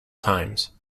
times